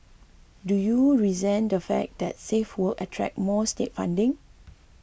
do you resent the fact that safe works attract more state funding